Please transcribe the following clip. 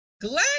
Glad